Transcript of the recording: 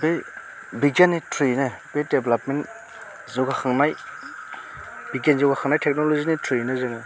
बै बिगियाननि ट्रयैनो बे डेब्लापमेन जौगाखांनाय बिगियान जौगाखांनाय टेक्नल'जिनि ट्रयैनो जोङो